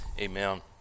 amen